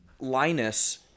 Linus